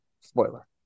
Spoiler